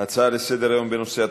הצעות לסדר-היום מס' 7179 ו-7190,